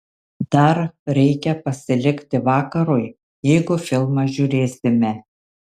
dar reikia pasilikti vakarui jeigu filmą žiūrėsime